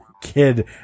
kid